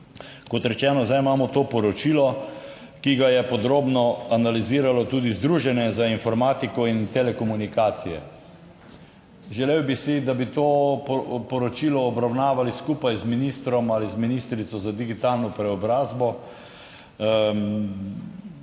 Kot rečeno, zdaj imamo to poročilo, ki ga je podrobno analiziralo tudi združenje za informatiko in telekomunikacije. Želel bi si, da bi to poročilo obravnavali skupaj z ministrom ali z ministrico za digitalno preobrazbo.